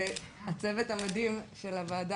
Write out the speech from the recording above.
והצוות המדהים של הוועדה,